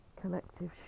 collective